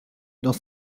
dans